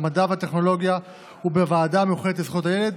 בוועדת המדע והטכנולוגיה ובוועדה המיוחדת לזכויות הילד